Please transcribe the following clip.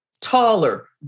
taller